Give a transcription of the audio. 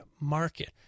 market